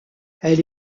elle